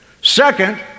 Second